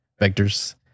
vectors